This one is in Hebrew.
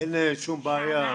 אין שום בעיה.